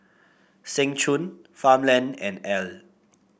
Seng Choon Farmland and Elle